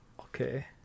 okay